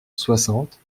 soixante